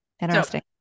Interesting